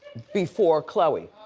before khloe.